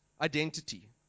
identity